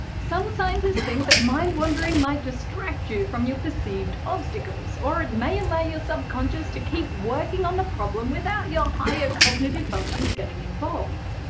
some scientists think that mind-wandering might distract you from your perceived obstacles or it may allow your subconscious to keep working on the problem without your higher cognitive functions getting involved.